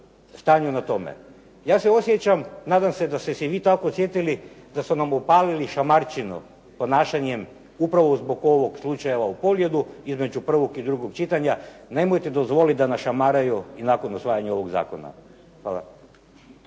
stanju na tome. Ja se osjećam, nadam se da ste se i vi tako osjetili da su nam opalili šamarčinu ponašanjem upravo zbog slučaja u Poljudu između 1. i 2. čitanja nemojte dozvoliti da nas šamaraju i nakon usvajanja ovog zakona. Hvala.